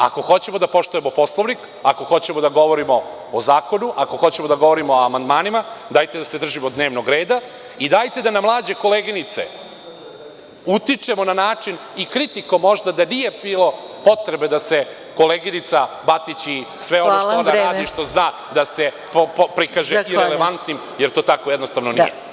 Ako hoćemo da poštujemo Poslovnik, ako hoćemo da govorimo o zakonu, ako hoćemo da govorimo o amandmanima dajte da se držimo dnevnog reda i dajte da na mlađe koleginice utičemo na način, i kritikom možda, da nije bilo potrebe da se koleginica Batić i sve ono što ona radi i što zna da se prikaže irelevantnim, jer to tako jednostavno nije.